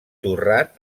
torrat